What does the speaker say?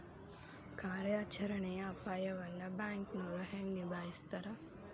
ಕಾರ್ಯಾಚರಣೆಯ ಅಪಾಯವನ್ನ ಬ್ಯಾಂಕನೋರ್ ಹೆಂಗ ನಿಭಾಯಸ್ತಾರ